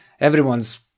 everyone's